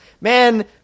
Man